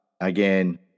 again